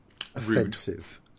offensive